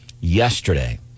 yesterday